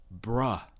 bruh